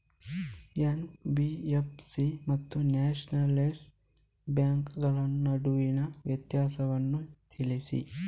NBFC ಮತ್ತು nationalise ಬ್ಯಾಂಕುಗಳ ನಡುವಿನ ವ್ಯತ್ಯಾಸವನ್ನು ತಿಳಿಸಿ?